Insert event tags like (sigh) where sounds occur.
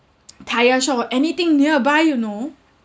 (noise) tyre shop or anything nearby you know